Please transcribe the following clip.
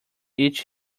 each